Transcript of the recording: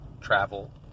travel